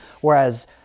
Whereas